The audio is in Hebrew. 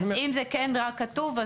אז אם זה כן רק כתוב,